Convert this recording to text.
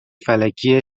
فلکی